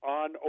on